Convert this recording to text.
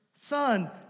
son